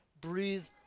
breathe